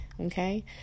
Okay